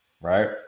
right